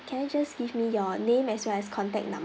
can I just give me your name as well as contact num~